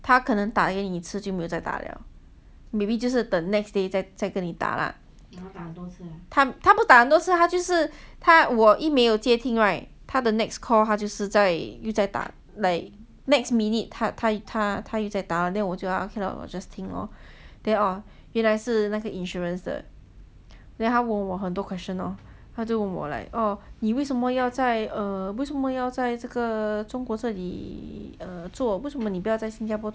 他可能打给你一次就没有再打了 maybe 就是等 next day 再跟你打 lah 他不打很多次就是我一没有接听 right 他的 next call 他就是在打 like next minute 他又再到 then 我就要 cannot lah 我 just 听 lor then orh 原来是那个 insurance 的 then 他问我很多 question lor 他就问我 like 你为什么要在为什么要在这个中国这里做为什么你不要在新加坡做 leh